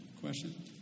question